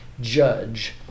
Judge